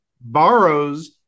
borrows